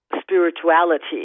spirituality